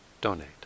donate